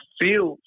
feel